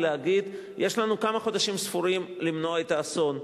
ולהגיד: יש לנו כמה חודשים ספורים למנוע את האסון.